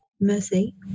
Mercy